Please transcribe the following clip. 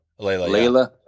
Layla